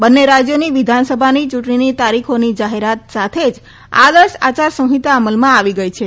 બંને રાજયોની વિધાનસભાની યૂંટણીની તારીખોની જાહેરાત સાથે જ આદર્શ આયારસંહિતા અમલમાં આવી ગઇ છે